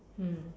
mm